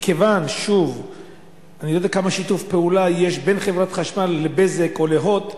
אני לא יודע כמה שיתוף פעולה יש בין חברת החשמל ל"בזק" או ל"הוט"